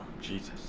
Jesus